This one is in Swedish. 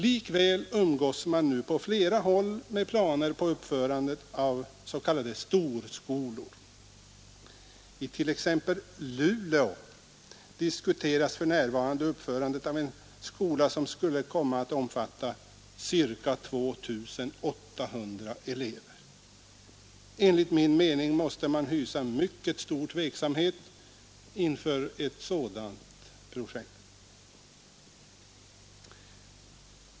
Likväl umgås man på flera håll med planer på uppförandet av s.k. storskolor. I t.ex. Luleå diskuteras för närvarande uppförandet av en skola som skulle komma att omfatta ca 2 800 elever. Enligt min mening måste man hysa mycket stor tveksamhet inför ett sådant projekt.